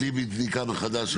בלי בדיקה מחדש?